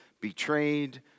Betrayed